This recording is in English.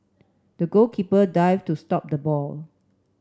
the goalkeeper dived to stop the ball